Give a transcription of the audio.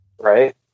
Right